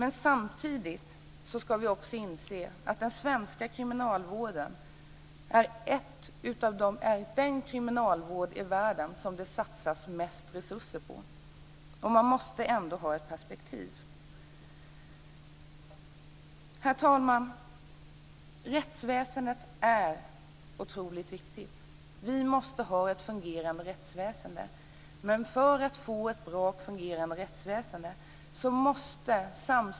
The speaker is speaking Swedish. Men samtidigt ska vi också inse att den svenska kriminalvården är den kriminalvård i världen som det satsas mest resurser på, och man måste ändå ha ett perspektiv. Herr talman! Rättsväsendet är otroligt viktigt.